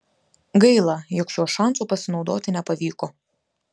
gaila jog šiuo šansu pasinaudoti nepavyko